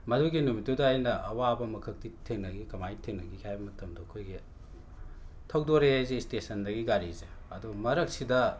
ꯃꯗꯨꯒꯤ ꯅꯨꯃꯤꯠꯇꯨꯗ ꯑꯩꯅ ꯑꯋꯥꯕ ꯑꯃꯈꯛꯇꯤ ꯊꯦꯡꯅꯈꯤ ꯀꯃꯥꯏ ꯊꯦꯡꯅꯈꯤꯒꯦ ꯍꯥꯏꯕ ꯃꯇꯝꯗ ꯑꯩꯈꯣꯏꯒꯤ ꯊꯧꯗꯣꯔꯛꯑꯦ ꯑꯩꯁꯦ ꯁ꯭ꯇꯦꯁꯟꯗꯒꯤ ꯒꯤꯔꯤꯁꯦ ꯑꯗꯣ ꯃꯔꯛꯁꯤꯗ